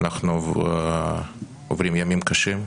אנחנו עוברים ימים קשים,